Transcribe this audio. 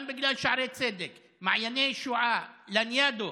גם שערי צדק, מעייני הישועה, לניאדו.